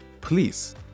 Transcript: please